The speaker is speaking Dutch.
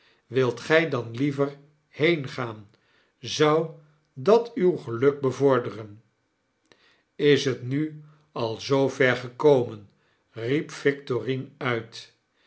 wilt gij dan liever heengaan zou dat uw geluk bevorderen is het nu al zoo ver gekomenr riep victorine uit